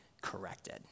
corrected